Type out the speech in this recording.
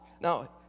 Now